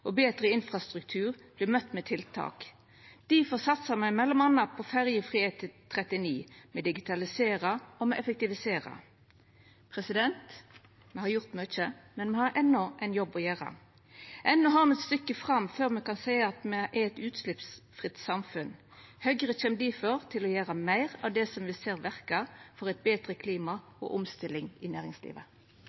og betre infrastruktur vert møtte med tiltak. Difor satsar me m.a. på ferjefri E39, me digitaliserer, og me effektiviserer. Me har gjort mykje, men me har enno ein jobb å gjera. Enno har me eit stykke fram før me kan seia at me er eit utsleppsfritt samfunn. Høgre kjem difor til å gjera meir av det som me ser verkar for eit betre klima og omstilling i næringslivet.